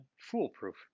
Foolproof